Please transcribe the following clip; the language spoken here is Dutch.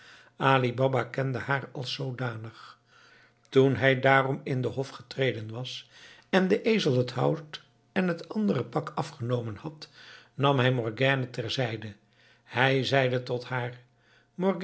baba kende haar als zoodanig toen hij daarom in den hof getreden was en den ezel het hout en het andere pak afgenomen had nam hij morgiane ter zijde en zeide tot haar